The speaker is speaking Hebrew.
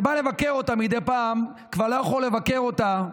שבא לבקר אותה מדי פעם, כבר לא יכול לבקר אותה,